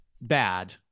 bad